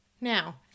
Now